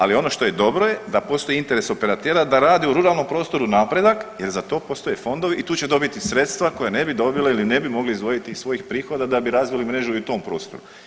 Ali ono što je dobro je da postoji interes operatera da radi u ruralnom prostoru napredak jer za to postoje fondovi i tu će dobiti sredstva koja ne bi dobila ili ne bi mogli izdvojiti iz svojih prihoda da bi razvili mrežu i u tom prostoru.